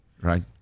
right